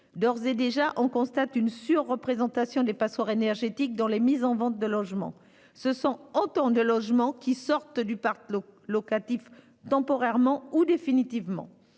d'ores et déjà, on constate une surreprésentation des passoires énergétiques dans les mises en vente de logements. Ce sont autant de logements qui sortent du parc locatif, temporairement ou définitivement.